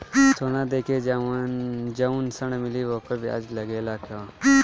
सोना देके जवन ऋण मिली वोकर ब्याज लगेला का?